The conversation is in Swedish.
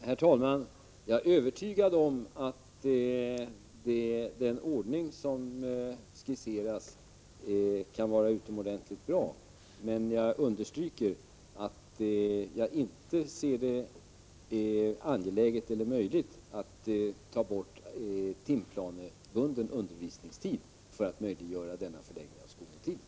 Herr talman! Jag är övertygad om att den ordning som skisserats kan vara utomordentligt bra, men jag understryker att jag inte ser det som angeläget eller möjligt att ta bort timplanebunden undervisningstid för att möjliggöra denna förläggning av skolmåltiden.